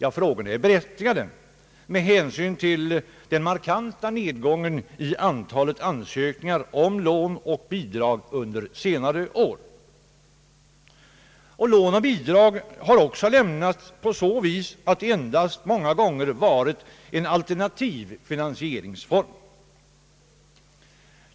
Frågorna är berättigade med hänsyn till den markanta nedgången i antalet ansökningar om lån och bidrag under senare år. Lån och bidrag har också lämnats på så sätt att de endast många gånger varit en alternativ finansieringsform.